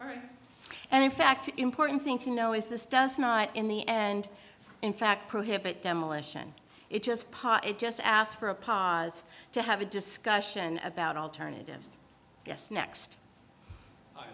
ok and in fact important thing to know is this does not in the end in fact prohibit demolition it just pot it just ask for a pas to have a discussion about alternatives yes next